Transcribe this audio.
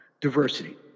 Diversity